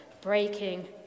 breaking